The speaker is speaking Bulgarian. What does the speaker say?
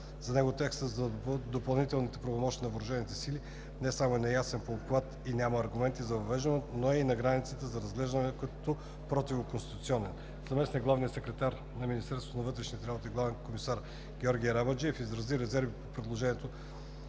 За него текстът за допълнителните правомощия на въоръжените сили не само е неясен по обхват и няма аргументи за въвеждането му, но е и на границата за разглеждането му като противоконституционен. Заместник-главният секретар на Министерството на вътрешните работи – главен комисар Георги Арабаджиев, изрази резерви по предложенията